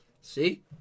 See